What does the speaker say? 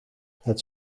het